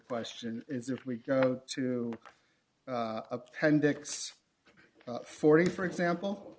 question is if we go to appendix forty for example